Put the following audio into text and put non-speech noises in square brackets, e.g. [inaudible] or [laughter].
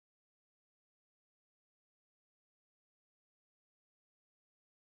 [unintelligible]